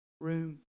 room